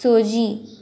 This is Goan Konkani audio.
सूजी